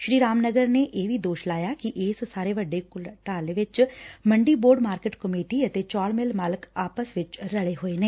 ਸ੍ਰੀ ਰਾਮਨਗਰ ਨੇਂ ਇਹ ਵੀ ਦੋਸ਼ ਲਾਇਆ ਕਿ ਇਸ ਸਾਰੇ ਵੱਡੇ ਘੁਟਾਲੇ ਵਿਚ ਮੰਡੀ ਬੋਰਡ ਮਾਰਕਿਟ ਕਮੇਟੀ ਅਤੇ ਚੌਲ ਮਿਲ ਮਾਲਕ ਆਪਸ ਵਿਚ ਰਲੇ ਹੋਏ ਨੇ